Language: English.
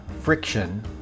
Friction